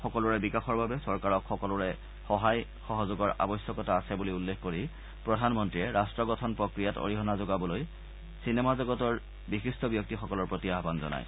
সকলোৰে বিকাশৰ বাবে চৰকাৰক সকলোৰে সহায় সহযোগৰ আৱশ্যকতা আছে বুলি উল্লেখ কৰি প্ৰধানমন্ত্ৰীয়ে ৰট্ট গঠন প্ৰক্ৰিয়াত অৰিহণা যোগাবলৈ চলচ্চিত্ৰ জগতৰ বিশিষ্ট ব্যক্তিসকলৰ প্ৰতি আয়ান জনায়